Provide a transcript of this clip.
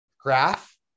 graph